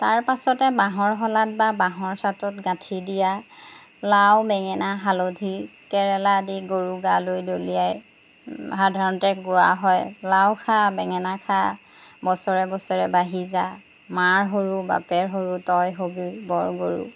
তাৰপাছতে বাঁহৰ শলাত বা বাঁহৰ ছাটত গাঁঠি দিয়া লাও বেঙেনা হালধি কেৰেলা আদি গৰুৰ গালৈ দলিয়াই সাধাৰণতে গোৱা হয় লাও খা বেঙেনা খা বছৰে বছৰে বাঢ়ি যা মাৰ সৰু বাপেৰ সৰু তই হ'বি বৰ গৰু